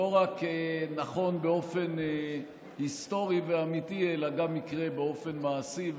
לא רק נכון באופן היסטורי ואמיתי אלא גם יקרה באופן מעשי,